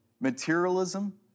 materialism